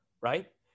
right